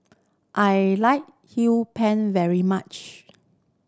I like pan very much